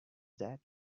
that